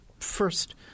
First